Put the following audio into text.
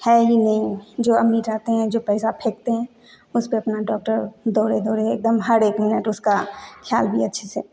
है ही नहीं जो अमीर रहते हैं जो पैसा फेंकते हैं उसपे अपना डॉक्टर दौड़े दौड़े एकदम हर मिनट उसका ख्याल भी अच्छे से